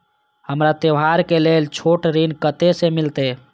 हमरा त्योहार के लेल छोट ऋण कते से मिलते?